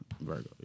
Virgo